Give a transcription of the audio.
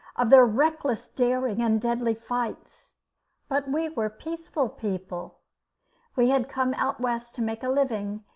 of their reckless daring and deadly fights but we were peaceful people we had come out west to make a living,